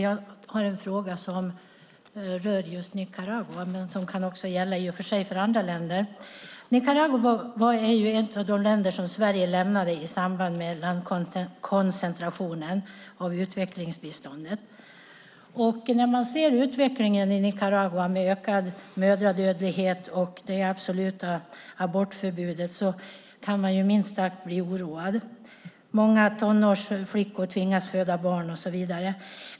Jag har några frågor om Nicaragua, som i och för sig också kan gälla andra länder. Nicaragua är ett av de länder som Sverige lämnar i samband med landkoncentrationen av utvecklingsbiståndet. När man ser utvecklingen i Nicaragua med ökad mödradödlighet och absolut abortförbud kan man minst sagt bli oroad. Många tonårsflickor tvingas föda barn och så vidare.